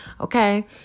okay